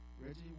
Reggie